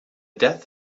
death